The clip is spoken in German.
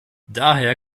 daher